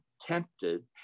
tempted